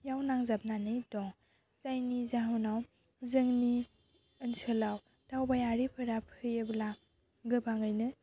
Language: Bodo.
याव नांजाबनानै दं जायनि जाहोनाव जोंनि ओनसोलाव दावबायारिफोरा फैयोब्ला गोबाङैनो